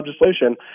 legislation